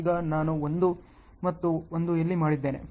ಈಗ ನಾನು 1 ಇಲ್ಲಿ ಮತ್ತು 1 ಇಲ್ಲಿ ಮಾಡಿದ್ದೇನೆ